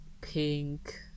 Pink